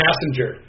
passenger